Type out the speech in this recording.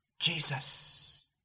Jesus